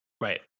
Right